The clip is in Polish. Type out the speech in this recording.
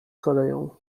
koleją